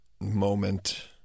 moment